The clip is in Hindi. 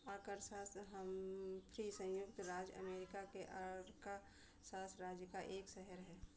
अर्कासास हम्फ्री संयुक्त राज्य अमेरिका के अर्का सास राज्य का एक शहर है